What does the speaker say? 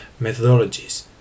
methodologies